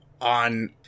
on